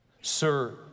sir